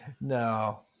No